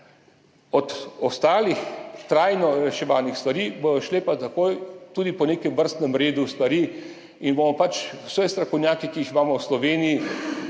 Od ostalih trajno reševanih stvari bodo šle pa takoj tudi po nekem vrstnem redu stvari in bomo vse strokovnjake, ki jih imamo v Sloveniji,